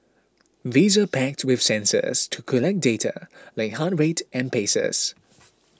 these are packed with sensors to collect data like heart rate and paces